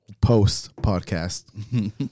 post-podcast